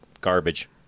garbage